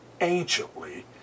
anciently